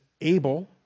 able